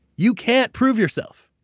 you can't prove yourself.